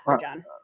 John